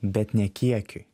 bet ne kiekiui